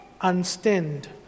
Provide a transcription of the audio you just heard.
unstained